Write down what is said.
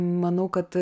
manau kad